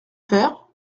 faire